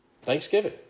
Thanksgiving